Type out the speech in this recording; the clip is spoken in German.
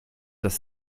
dass